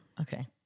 Okay